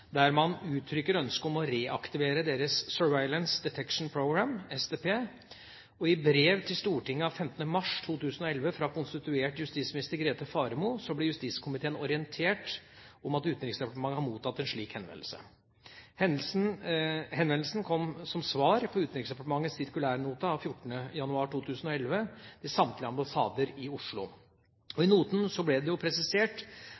der man uttrykker ønske om å reaktivere deres «Surveillance Detection Program» – SDP. I brev til Stortinget av 15. mars 2011 fra konstituert justisminister Grete Faremo ble justiskomiteen orientert om at Utenriksdepartementet har mottatt en slik henvendelse. Henvendelsen kom som svar på Utenriksdepartementets sirkulærnote av 14. januar 2011 til samtlige ambassader i Oslo. I noten ble det jo presisert